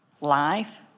life